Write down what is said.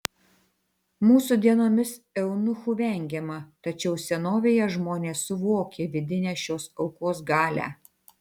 mūsų dienomis eunuchų vengiama tačiau senovėje žmonės suvokė vidinę šios aukos galią